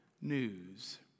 news